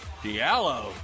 Diallo